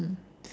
mm